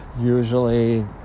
usually